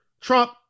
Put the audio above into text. Trump